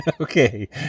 Okay